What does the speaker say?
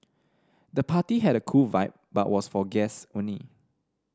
the party had a cool vibe but was for guest only